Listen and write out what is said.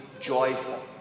joyful